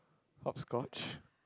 hopscotch